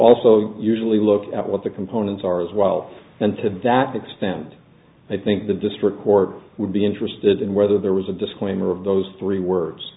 also usually look at what the components are as well and to vac extent i think the district court would be interested in whether there was a disclaimer of those three words